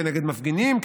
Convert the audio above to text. כנגד מפגינים,